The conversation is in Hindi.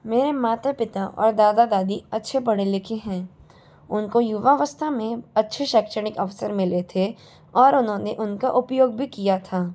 मेरे माता पिता और दादा दादी अच्छे पढ़े लिखे हैं उनको युवावस्था में अच्छे शैक्षणिक अफसर मिले थे और उन्होंने उनका उपयोग भी किया था